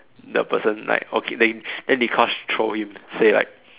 the person like okay then then Dee-Kosh troll him say like